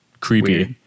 Creepy